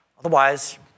Otherwise